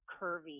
curvy